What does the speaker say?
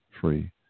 free